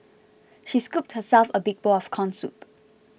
she scooped herself a big bowl of Corn Soup